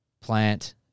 plant